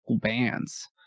bands